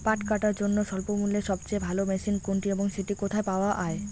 পাট কাটার জন্য স্বল্পমূল্যে সবচেয়ে ভালো মেশিন কোনটি এবং সেটি কোথায় পাওয়া য়ায়?